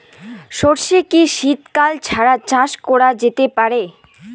সর্ষে কি শীত কাল ছাড়া চাষ করা যেতে পারে?